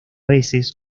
veces